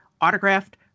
autographed